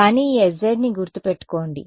కానీ ఈ sz ని గుర్తు పెట్టుకోండి